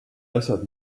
asjad